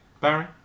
Barry